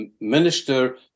minister